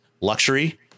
luxury